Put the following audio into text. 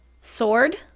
Sword